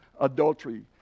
adultery